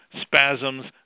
spasms